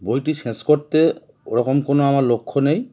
বইটি শেষ করতে ওরকম কোনো আমার লক্ষ্য নেই